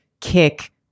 kick